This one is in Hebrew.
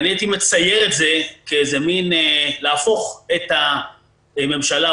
הייתי מצייר את זהכך: להפוך את הממשלה,